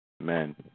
Amen